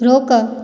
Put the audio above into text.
रोक